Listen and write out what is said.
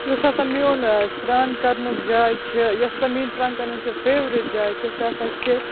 یُس ہَسا میون سران کَرنُک جاے چھِ یُس ہَسا میٚٲنٛۍ سران کَرنٕچ چھِ فیورِٹ جاے چھِ سۄ ہَسا چھِ